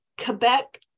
Quebec